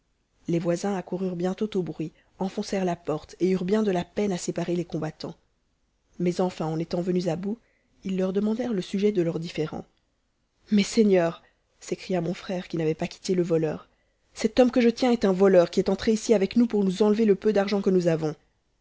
les voisins accoururent bientôt au bruit enfoncèrent la porte et eurent bien de la peine à séparer les combattants mais enfin en étant venus à bout ils leur demandèrent le sujet de leur différend mes seigneurs s'écria mon frère qui n'avait pas quitté le voleur cet homme que je tiens est un voleur qui est entré ici avec nous pour nous enlever le peu d'argent que nous avons